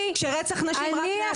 כשרצח נשים הולך ונהיה גרוע --- אני